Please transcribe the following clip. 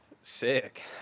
Sick